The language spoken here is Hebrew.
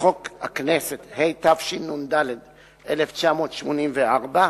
לחוק הכנסת, התשנ"ד 1994,